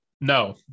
No